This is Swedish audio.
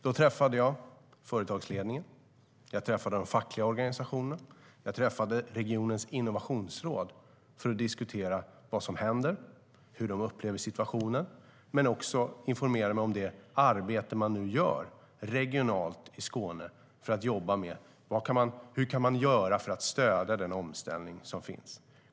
Då träffade jag företagsledningen, jag träffade de fackliga organisationerna, jag träffade regionens innovationsråd för att diskutera vad som händer, hur de upplever situationen. Jag informerade mig också om det arbete de nu gör regionalt i Skåne för att se hur man kan göra för att stödja den omställning som skett.